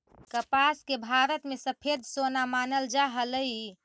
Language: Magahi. कपास के भारत में सफेद सोना मानल जा हलई